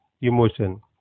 emotion